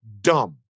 dumb